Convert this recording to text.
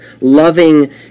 loving